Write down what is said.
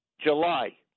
July